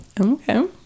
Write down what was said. okay